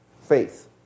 Faith